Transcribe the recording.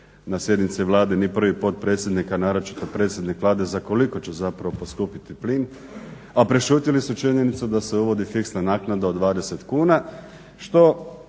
na sjednici Vlade ni prvi potpredsjednik, a naročito predsjednik Vlade za koliko će zapravo poskupiti plin, a prešutili su činjenicu da se uvodi fiksna naknada od 20 kuna